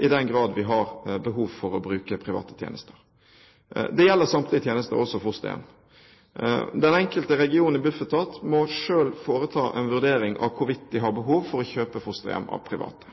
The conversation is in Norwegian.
i den grad vi har behov for å bruke private tjenester. Det gjelder samtlige tjenester, også fosterhjem. Den enkelte region i Bufetat må selv foreta en vurdering av hvorvidt de har behov for å kjøpe fosterhjem av private.